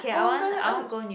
oh my god I want